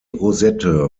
rosette